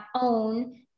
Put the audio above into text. own